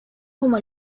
como